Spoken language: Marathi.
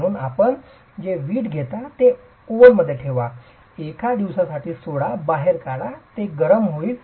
म्हणून आपण जे वीट घेता ते ओव्हनमध्ये ठेवता एका दिवसासाठी सोडा बाहेर काढा ते गरम होईल